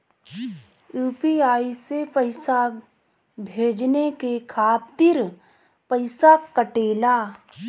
UPI से पइसा भेजने के खातिर पईसा कटेला?